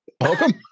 Welcome